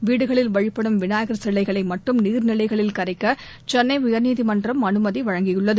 வீடுகளில் வழிபடும் விநாயகர் சிலைகளை மட்டும் நீர்நிலைகளில் கரைக்க ச சென்னை உயர்நீதிமன்றம் அனுமதி வழங்கியுள்ளது